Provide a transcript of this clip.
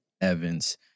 Evans